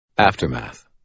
Aftermath